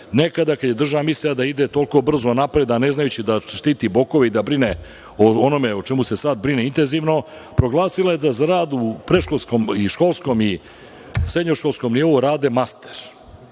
Nekada kada je država mislila da ide toliko brzo napred, a ne znajući da štiti bokove i da brine o onome o čemu se sada brine intenzivno, proglasila je da za rad u predškolskom, školskom i srednjoškolskom nivou rade master.